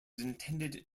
intended